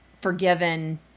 forgiven